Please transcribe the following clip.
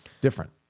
Different